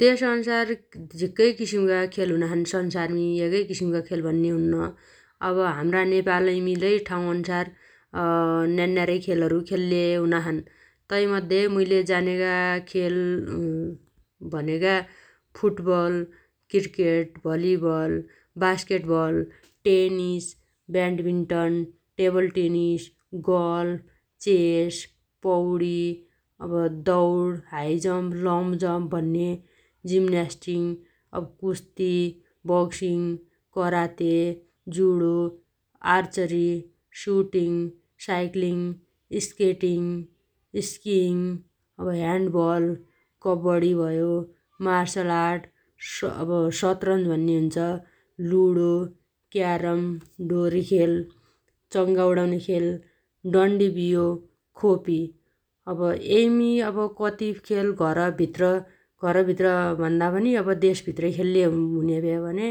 देशअन्सार झिक्कै किसिमगा खेल हुनाछन् संसारमी एगै किसिमगा खेल भन्ने हुन्न । अब हाम्रा नेपालैमी लै ठाउअन्सार न्यान्न्यारै खेलहरु खेल्ले हुनाछन् । तैमध्ये मुइले जानेगा खेल भनेगा football cricket volleyball basketball tennis badminton table tennis golf chess पौडी अब दौड हाइजम्प लमजम्प भन्ने जिम्नयास्टी अब कुस्ती boxing karate judo archery shooting cycling skating skiing अब ह्यान्डबल कब्बडी भयो मार्सल आर्ट अब सतरन्ज भन्ने हुन्छ । लुणो क्यारम डोरी खेल च‌ंगा उडाउने खेल डन्डीबियो खोपी । यमी अब कति खेल घरभित्र घरभित्र भन्ना पनि देशभित्र खेल्ले हुन्या भ्या भन्या